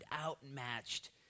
outmatched